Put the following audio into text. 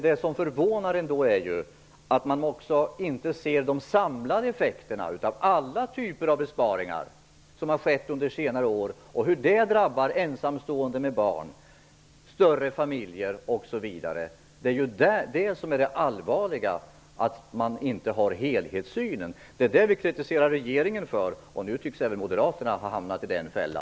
Det som förvånar mig är att de inte ser hur de samlade effekterna av alla typer av besparingar som har gjorts under senare år drabbar ensamstående med barn, större familjer osv. Det allvarliga är att man inte har helhetssynen. Det är det som vi kritiserar regeringen för, och moderaterna tycks nu ha hamnat i samma fälla.